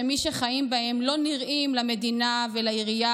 שמי שחיים בהם לא נראים למדינה ולעירייה